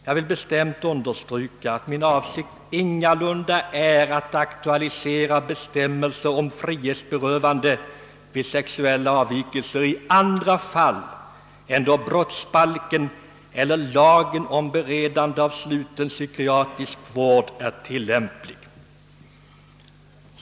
Jag vill bestämt understryka, att min avsikt ingalunda är att aktualisera regler om frihetsberövande vid sexuella avvikelser i andra fall än då brottsbalken eller lagen om beredande av sluten psykiatrisk vård är tillämplig.